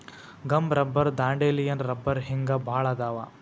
gum rubber dandelion ರಬ್ಬರ ಹಿಂಗ ಬಾಳ ಅದಾವ